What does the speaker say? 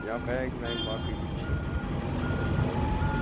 یا بیگ ویگ باقٕے یُس چھِ یِم چیٖز ہسا چھِ یِوان دِنہٕ